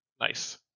nice